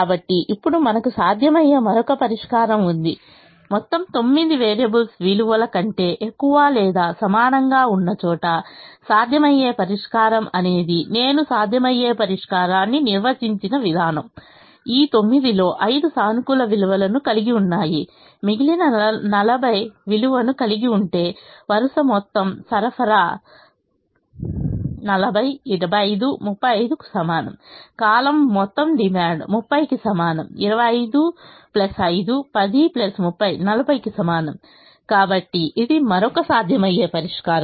కాబట్టి ఇప్పుడు మనకు సాధ్యమయ్యే మరొక పరిష్కారం ఉందిమొత్తం తొమ్మిది వేరియబుల్స్ విలువల కంటే ఎక్కువ లేదా సమానంగా ఉన్న చోట సాధ్యమయ్యే పరిష్కారం అనేది నేను సాధ్యమయ్యే పరిష్కారాన్ని నిర్వచించిన విధానం ఈ 9 లో 5 సానుకూల విలువను కలిగి ఉన్నాయి మిగిలిన 40 విలువను కలిగి ఉంటే వరుస మొత్తం సరఫరా 40 25 35 కు సమానం కాలమ్ మొత్తం డిమాండ్ 30 కి సమానం 25 5 10 30 40 కి సమానం కాబట్టి ఇది మరొక సాధ్యమయ్యే పరిష్కారం